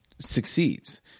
succeeds